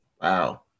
Wow